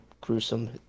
gruesome